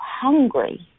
hungry